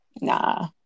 Nah